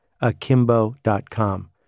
akimbo.com